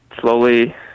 slowly